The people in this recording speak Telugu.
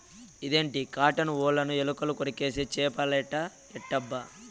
ఇదేంది కాటన్ ఒలను ఎలుకలు కొరికేస్తే చేపలేట ఎట్టబ్బా